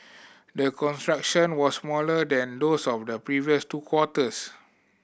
the contraction was smaller than those of the previous two quarters